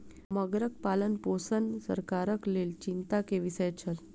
मगरक पालनपोषण सरकारक लेल चिंता के विषय छल